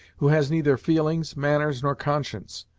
who has neither feelings, manners, nor conscience.